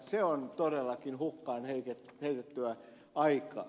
se on todellakin hukkaan heitettyä aikaa